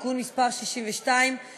כבוד היושבת-ראש,